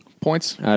Points